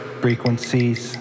frequencies